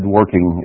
working